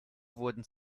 wurden